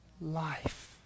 Life